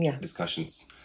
discussions